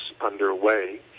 underway